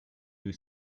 you